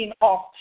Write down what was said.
off